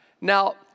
Now